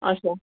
اچھا